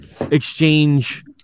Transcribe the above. exchange